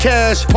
Cash